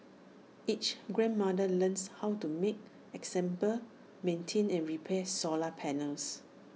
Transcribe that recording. each grandmother learns how to make assemble maintain and repair solar panels